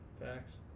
Facts